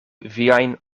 viajn